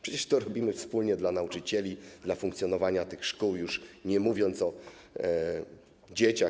Przecież to robimy wspólnie dla nauczycieli, dla funkcjonowania tych szkół, już nie mówiąc o dzieciach.